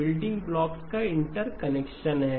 building blocks का interconnections हैं